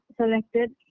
selected